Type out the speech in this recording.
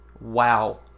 Wow